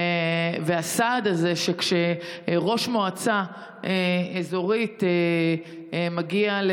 והסעד הזה, כשראש מועצה אזורית מגיע,